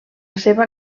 seva